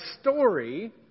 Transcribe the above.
story